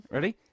Ready